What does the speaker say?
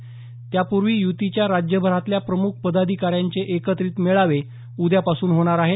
रयापूर्वी युतीच्या राज्यभरातल्या प्रमुख पदाधिकार्यांचे एकत्रित मेळावे उद्यापासून होणार आहेत